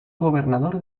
gobernador